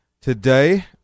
today